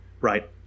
right